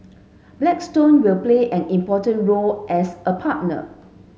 Blackstone will play an important role as a partner